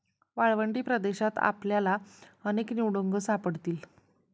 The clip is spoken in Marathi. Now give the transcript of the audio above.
वाळवंटी प्रदेशात आपल्याला अनेक निवडुंग सापडतील